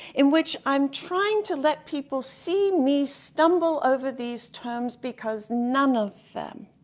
in which i'm trying to let people see me stumble over these terms because none of them,